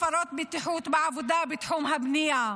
הפרות בטיחות בעבודה בתחום הבנייה)